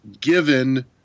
given